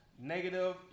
negative